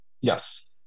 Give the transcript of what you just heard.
Yes